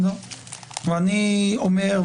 ואני אומר,